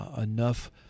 enough